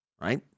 Right